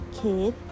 kid